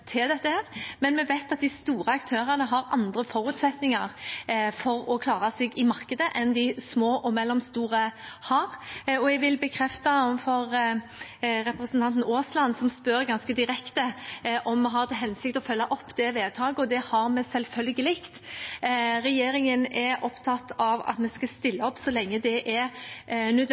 til dette, men vi vet at de store aktørene har andre forutsetninger for å klare seg i markedet enn det de små og mellomstore har. Jeg vil bekrefte overfor representanten Aasland, som spør ganske direkte om vi har til hensikt å følge opp det vedtaket, at det har vi selvfølgelig. Regjeringen er opptatt av at vi skal stille opp så lenge det er